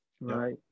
Right